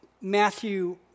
Matthew